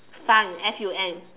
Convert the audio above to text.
fun F U N